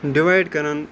divide کَران